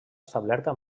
establerta